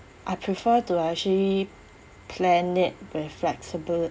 I prefer to actually plan it with flexibilit~